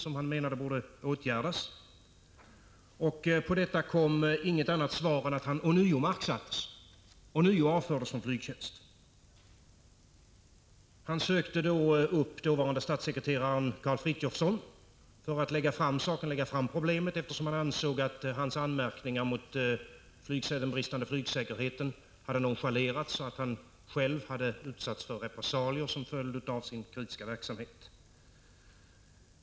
Dessa brister borde enligt Lennart Richholtz åtgärdas. På detta kom inget annat svar än att han ånyo marksattes och alltså avfördes från flygtjänst. Han sökte då upp den dåvarande statssekreteraren Karl Frithiofson för att lägga fram problemet. Han ansåg nämligen att hans anmärkningar mot den bristande flygsäkerheten hade nonchalerats och att han själv hade utsatts för repressalier till följd av sin kritiska verksamhet.